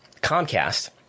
comcast